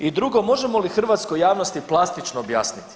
I drugo, možemo li hrvatskoj javnosti plastično objasniti.